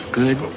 good